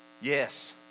yes